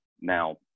now